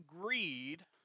greed